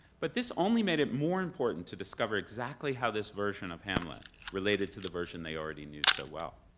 but this only made it more important to discover exactly how this version of hamlet related to the version they already knew so well.